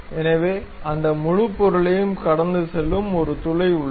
எனவே அந்த முழு பொருளையும் கடந்து செல்லும் ஒரு துளை உள்ளது